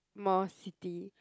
more city